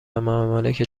ممالک